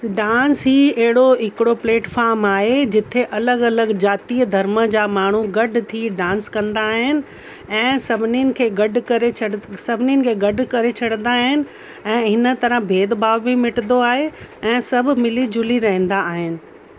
dance ई अहिड़ो हिकिड़ो प्लेटफार्म आहे जिते अलॻि अलॻि ज़ातीअ धर्म जा माण्हू गॾ थी डांस कंदा आहिनि ऐं सभिनीनि खे गॾु करे छॾु सभिनीनि खे गॾु करे छॾंदा आहिनि ऐं हिन तरह भेदभाव बि मिटंदो आहे ऐं सभु मिली झुली रहंदा आहिनि